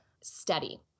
steady